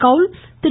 கவுல் திரு